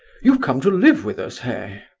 you've come to live with us, hey?